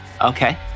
Okay